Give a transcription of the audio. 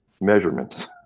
measurements